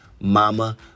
mama